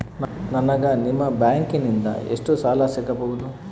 ನನಗ ನಿಮ್ಮ ಬ್ಯಾಂಕಿನಿಂದ ಎಷ್ಟು ಸಾಲ ಸಿಗಬಹುದು?